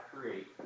create